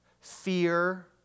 fear